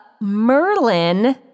Merlin